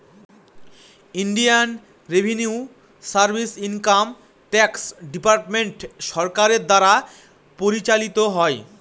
Indian revenue service income tax department সরকারের দ্বারা পরিচালিত হয়